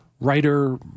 writer